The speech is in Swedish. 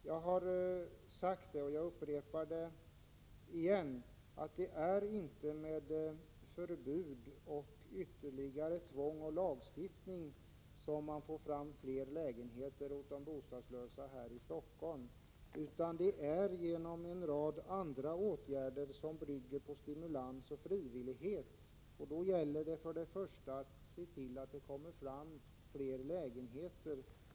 Jag har sagt det förut och upprepar nu att det inte är med förbud, ytterligare tvång och lagstiftning som man får fram fler lägenheter åt de bostadslösa här i Stockholm. Det får man i stället genom en rad andra åtgärder, vilka bygger på stimulans och frivillighet. Det gäller till att börja med att se till att det kommer fram fler lägenheter.